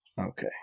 Okay